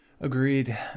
Agreed